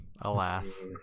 alas